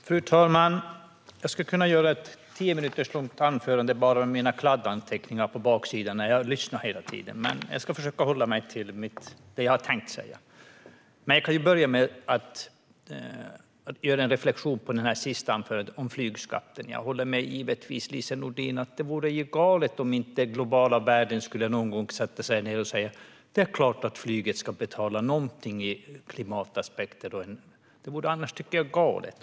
Fru talman! Jag skulle kunna hålla ett tio minuter långt anförande bara med utgångspunkt i mina kladdanteckningar från när jag har lyssnat, men jag ska försöka hålla mig till vad jag har tänkt att säga. Jag börjar med att reflektera över det sista anförandet om flygskatten. Jag håller givetvis med Lise Nordin om att det vore galet om inte den globala världen någon gång skulle sätta sig och säga att det är klart att flyget ska betala med tanke på klimataspekten. Det vore annars galet.